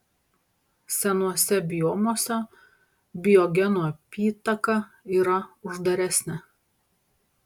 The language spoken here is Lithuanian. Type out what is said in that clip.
senuose biomuose biogenų apytaka yra uždaresnė